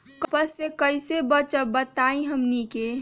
कपस से कईसे बचब बताई हमनी के?